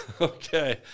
Okay